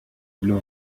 blue